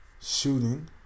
shooting